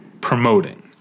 promoting